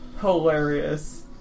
hilarious